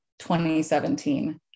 2017